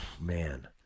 Man